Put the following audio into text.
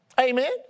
Amen